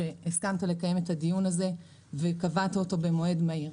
שהסכמת לקיים את הדיון הזה וקבעת אותו במועד מהיר.